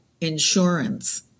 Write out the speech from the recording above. insurance